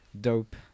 dope